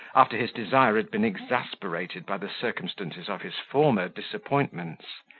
after his desire had been exasperated by the circumstances of his former disappointments.